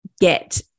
get